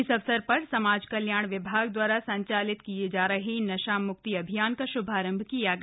इस अवसर पर समाज कल्याण विभाग दवारा संचालित किये जा रहे नशा मुक्ति अभियान का श्रभारंभ किया गया